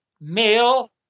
male